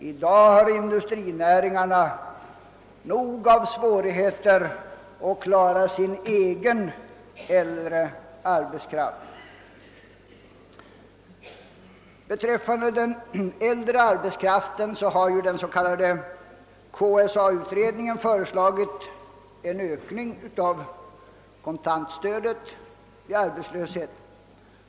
I dag har industrinäringarna nog med svårigheterna att bereda sysselsättning åt sin egen äldre arbetskraft. Vad beträffar den äldre arbetskraften har den s.k. KSA-utredningen föreslagit en ökning av kontantstödet vid ar betslöshet.